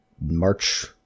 March